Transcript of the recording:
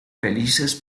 felices